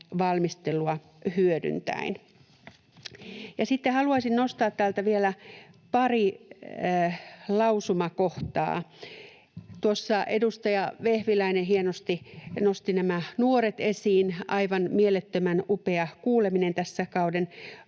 valmistelua hyödyntäen.” Sitten haluaisin nostaa täältä vielä pari lausumakohtaa: Tuossa edustaja Vehviläinen hienosti nosti nämä nuoret esiin — aivan mielettömän upea kuuleminen tässä kauden